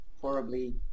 horribly